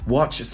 Watch